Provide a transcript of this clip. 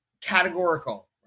categorical